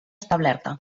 establerta